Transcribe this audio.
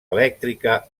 elèctrica